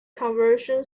conversion